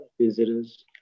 visitors